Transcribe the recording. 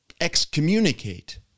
excommunicate